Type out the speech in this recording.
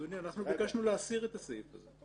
אדוני, אנחנו ביקשנו להסיר את הסעיף הזה.